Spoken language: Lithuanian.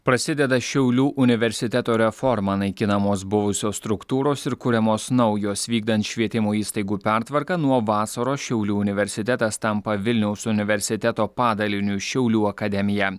prasideda šiaulių universiteto reforma naikinamos buvusios struktūros ir kuriamos naujos vykdant švietimo įstaigų pertvarką nuo vasaros šiaulių universitetas tampa vilniaus universiteto padaliniu šiaulių akademija